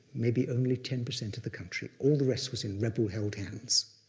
maybe only ten percent of the country. all the rest was in rebel-held hands.